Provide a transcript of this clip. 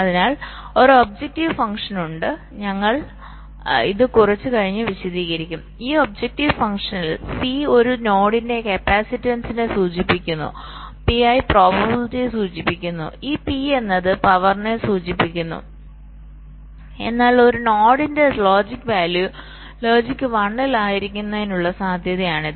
അതിനാൽ ഒരു objective function ഉണ്ട് ഞങ്ങൾ ഇത് കുറച്ച് കഴിഞ്ഞ് വിശദീകരിക്കും ഈ ഒബ്ജക്റ്റീവ് ഫംഗ്ഷനിൽ C ഒരു നോഡിന്റെ കപ്പാസിറ്റൻസിനെ സൂചിപ്പിക്കുന്നു Pi പ്രോബബിലിറ്റിയെ സൂചിപ്പിക്കുന്നു ഈ P എന്നത് പവറി നെ സൂചിപ്പിക്കുന്നു എന്നാൽ ഒരു നോഡിന്റെ ലോജിക് വാല്യൂ ലോജിക് 1 ൽ ആയിരിക്കാനുള്ള സാധ്യതയാണിത്